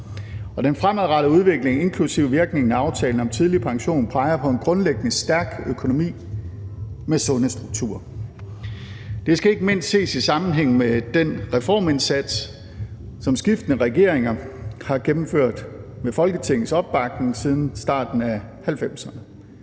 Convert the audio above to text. Den fremadrettede udvikling inklusive virkningen af aftalen om tidlig pension peger på en grundlæggende stærk økonomi med sunde strukturer. Det skal ikke mindst ses i sammenhæng med den reformindsats, som skiftende regeringer har gennemført med Folketingets opbakning siden starten af 1990'erne.